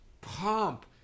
pump